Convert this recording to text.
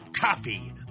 coffee